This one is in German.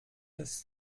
des